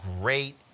great